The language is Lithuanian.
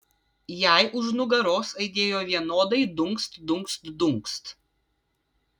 jai už nugaros aidėjo vienodai dunkst dunkst dunkst